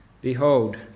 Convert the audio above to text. Behold